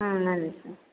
ம் நன்றி சார்